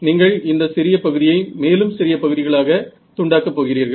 நீங்கள் இந்த சிறிய பகுதியை மேலும் சிறிய பகுதிகளாக துண்டாக்க போகிறீர்கள்